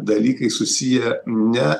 dalykai susiję ne